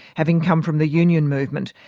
having come from the union movement.